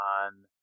on